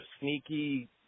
sneaky